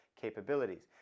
capabilities